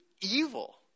evil